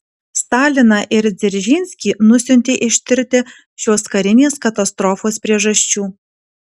staliną ir dzeržinskį nusiuntė ištirti šios karinės katastrofos priežasčių